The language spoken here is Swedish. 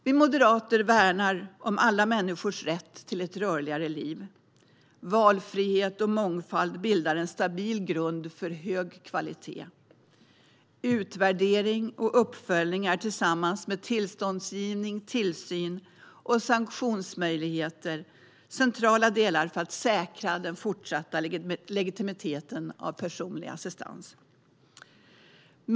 Vi moderater värnar om alla människors rätt till ett rörligare liv. Valfrihet och mångfald bildar en stabil grund för hög kvalitet. Utvärdering och uppföljning är tillsammans med tillståndsgivning, tillsyn och sanktionsmöjligheter centrala delar för att säkra den fortsatta legitimiteten för personlig assistans.